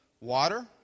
water